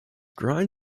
grind